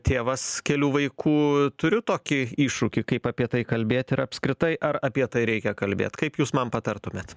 tėvas kelių vaikų turiu tokį iššūkį kaip apie tai kalbėt ir apskritai ar apie tai reikia kalbėt kaip jūs man patartumėt